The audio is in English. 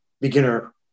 beginner